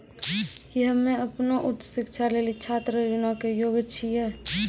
कि हम्मे अपनो उच्च शिक्षा लेली छात्र ऋणो के योग्य छियै?